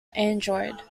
android